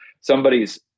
somebody's